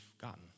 gotten